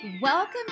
Welcome